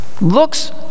looks